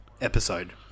episode